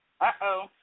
Uh-oh